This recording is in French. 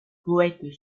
poète